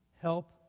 help